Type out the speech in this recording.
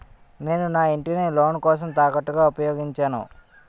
నేను నా ఇంటిని లోన్ కోసం తాకట్టుగా ఉపయోగించాను